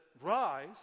rise